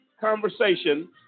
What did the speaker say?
conversation